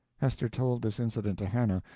hester told this incident to hannah,